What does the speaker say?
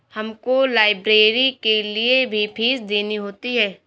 हमको लाइब्रेरी के लिए भी फीस देनी होती है